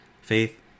faith